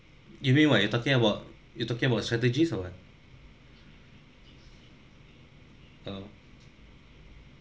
you mean what you talking about you talking about strategies or what oh